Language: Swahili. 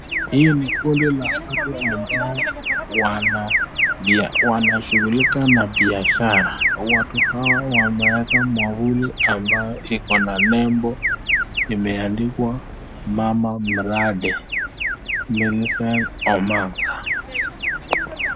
Hii ni kundi ya watu ambao wanashughulika na biashara, watu hawa wameweka mwavuli ambayo iko na nembo imeandikwa mama miradi Millicent Omanga.